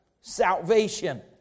salvation